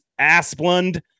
Asplund